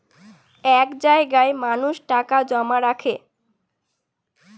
এক জায়গায় মানুষ টাকা জমা রাখে